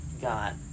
got